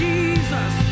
Jesus